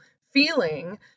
feeling